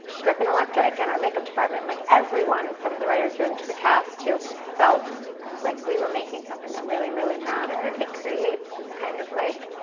grip and electric, and our makeup department, like everyone from the writers room to the cast felt like we were making something that really, really mattered. it creates this kind of like,